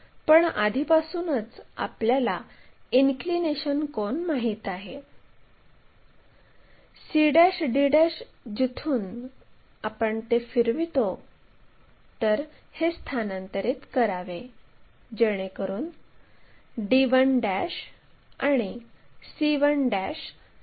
पण आधीपासूनच आपल्याला इन्क्लिनेशन कोन माहित आहे c d जिथून आपण ते फिरवितो तर हे स्थानांतरित करावे जेणेकरुन d1 आणि c1 सहजपणे मिळेल